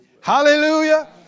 Hallelujah